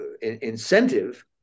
incentive